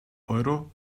euro